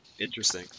Interesting